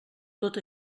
tot